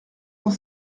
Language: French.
cent